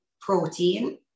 Protein